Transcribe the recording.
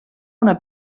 una